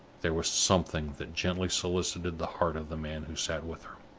there was something that gently solicited the heart of the man who sat with her.